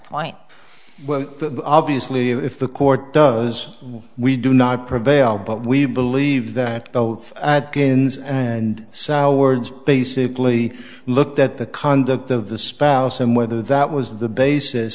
point well obviously if the court does we do not prevail but we believe that both gains and so words basically looked at the conduct of the spouse and whether that was the basis